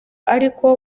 ariko